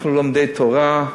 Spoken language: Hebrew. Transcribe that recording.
אנחנו לומדי תורה.